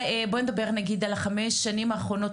בוא נדבר נגיד על החמש שנים האחרונות,